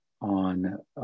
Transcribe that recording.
on